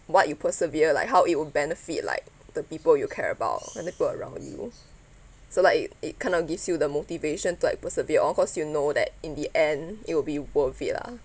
what you persevere like how it would benefit like the people you care about and the people around you so like it it kind of gives you the motivation to like persevere of course you know that in the end it will be worth it lah